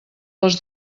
les